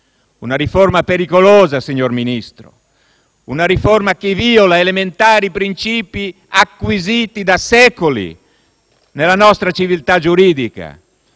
Una riforma pericolosa, signor Ministro, una riforma che viola elementari principi acquisiti da secoli nella nostra civiltà giuridica,